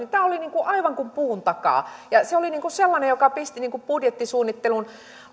tuli aivan kuin puun takaa se oli sellainen joka pisti budjettisuunnittelun